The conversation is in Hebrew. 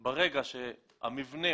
ברגע שהמבנים